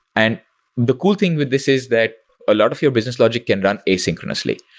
and the cool thing with this is that a lot of your business logic can run asynchronously.